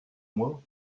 moi